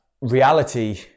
reality